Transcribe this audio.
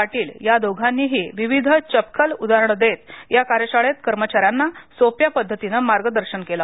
पाटील या दोघांनीही विविध चपखल उदाहरणे देत या कार्यशाळेत कर्मचार्यांना सोप्या पद्धतीने मार्गदर्शन केले